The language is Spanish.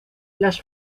las